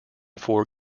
four